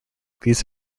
these